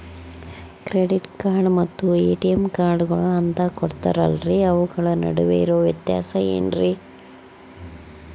Credit card ಮತ್ತ ATM ಕಾರ್ಡುಗಳು ಅಂತಾ ಕೊಡುತ್ತಾರಲ್ರಿ ಅವುಗಳ ನಡುವೆ ಇರೋ ವ್ಯತ್ಯಾಸ ಏನ್ರಿ?